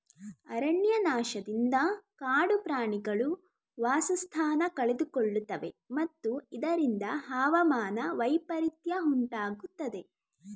ಅರಣ್ಯನಾಶದಿಂದ ಕಾಡು ಪ್ರಾಣಿಗಳು ವಾಸಸ್ಥಾನ ಕಳೆದುಕೊಳ್ಳುತ್ತವೆ ಮತ್ತು ಇದರಿಂದ ಹವಾಮಾನ ವೈಪರಿತ್ಯ ಉಂಟಾಗುತ್ತದೆ